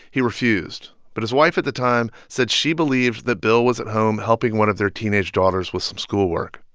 he refused. but his wife at the time said she believed that bill was at home helping one of their teenage daughters with some schoolwork.